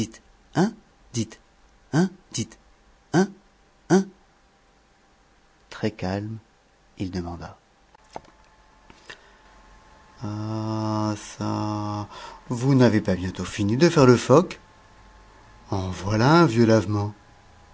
hein hein très calme il demanda ah çà vous n'avez pas bientôt fini de faire le phoque en voilà un vieux lavement